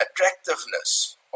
attractiveness